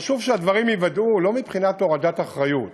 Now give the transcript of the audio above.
חשוב שהדברים ייוודעו, לא מבחינת הורדת אחריות,